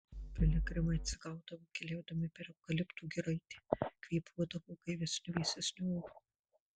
piligrimai atsigaudavo keliaudami per eukaliptų giraitę kvėpuodavo gaivesniu vėsesniu oru